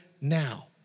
now